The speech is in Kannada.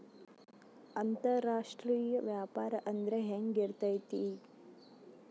ಅಂತರಾಷ್ಟ್ರೇಯ ವ್ಯಾಪಾರ ಅಂದ್ರೆ ಹೆಂಗಿರ್ತೈತಿ?